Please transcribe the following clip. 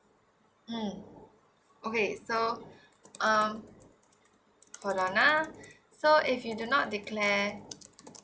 mm okay so uh hold on ah so if you do not declare